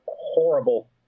horrible